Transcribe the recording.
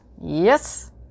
Yes